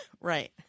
right